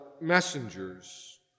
messengers